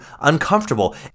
uncomfortable